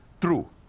true